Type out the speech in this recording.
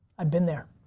i've been there.